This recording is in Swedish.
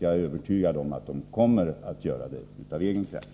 Jag är övertygad om att de kommer att klara problemet av egen kraft.